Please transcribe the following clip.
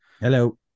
hello